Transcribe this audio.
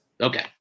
Okay